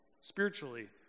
Spiritually